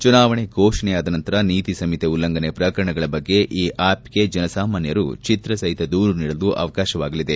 ಚುನಾವಣೆ ಘೋಷಣೆಯಾದ ನಂತರ ನೀತಿಸಂಹಿತೆ ಉಲ್ಲಂಘನೆ ಪ್ರಕರಣಗಳ ಬಗ್ಗೆ ಈ ಆ್ಯಪ್ಗೆ ಜನಸಾಮಾನ್ಯರು ಚಿತ್ರಸಹಿತ ದೂರು ನೀಡಲು ಅವಕಾಶವಾಗಲಿದೆ